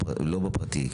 לא בפרטי,